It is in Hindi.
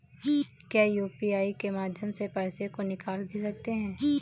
क्या यू.पी.आई के माध्यम से पैसे को निकाल भी सकते हैं?